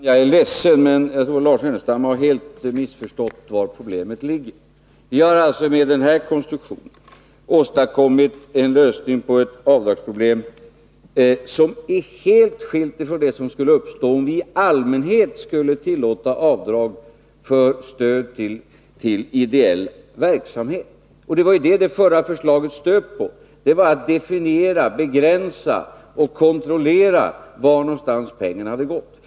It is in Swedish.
Herr talman! Jag är ledsen, men jag tror att Lars Ernestam helt har missförstått vari problemet ligger. Vi har med den här konstruktionen åstadkommit en lösning på ett avdragsproblem som är helt skilt från det problem som skulle uppstå, om vi i allmänhet skulle tillåta avdrag för stöd till ideell verksamhet. Det var svårigheten med att definiera, begränsa och kontrollera vart pengarna hade gått som det förra förslaget stöp på.